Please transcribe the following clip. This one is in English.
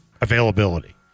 availability